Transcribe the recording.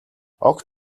огт